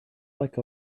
like